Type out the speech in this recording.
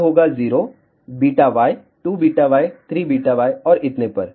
यह होगा 0 βy 2βy 3βy और इतने पर